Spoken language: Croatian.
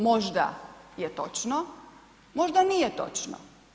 Možda je točno, možda nije točno.